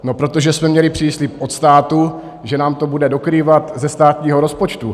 No protože jsme měli příslib od státu, že nám to bude dokrývat ze státního rozpočtu.